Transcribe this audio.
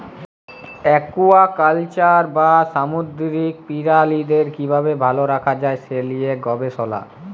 aquaculture বা সামুদ্দিরিক পিরালিদের কিভাবে ভাল রাখা যায় সে লিয়ে গবেসলা